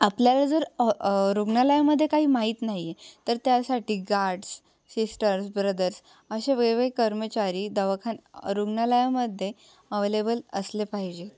आपल्याला जर रुग्णालयामध्ये काही माहीत नाही आहे तर त्यासाठी गार्डस् सिस्टर्स ब्रदर्स असे वेगवेग कर्मचारी दवाखाना रुग्णालयामध्ये अवलेबल असले पाहिजे